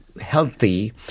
healthy